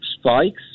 spikes